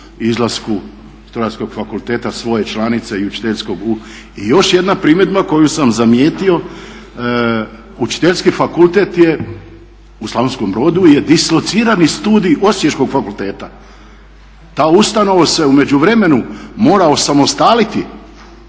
izlasku Strojarskog fakulteta svoje članice i Učiteljskog. I još jedna primjedba koju sam zamijetio Učiteljski fakultet je, u Slavonskom Brodu je dislocirani studij Osječkog fakulteta. Ta ustanova se u međuvremenu mora osamostaliti